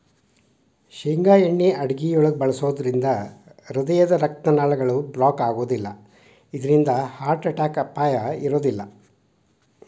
ಶೇಂಗಾ ಎಣ್ಣೆ ಅಡುಗಿಯೊಳಗ ಬಳಸೋದ್ರಿಂದ ಹೃದಯದ ರಕ್ತನಾಳಗಳು ಬ್ಲಾಕ್ ಆಗೋದಿಲ್ಲ ಇದ್ರಿಂದ ಹಾರ್ಟ್ ಅಟ್ಯಾಕ್ ಅಪಾಯ ಇರೋದಿಲ್ಲ